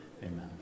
Amen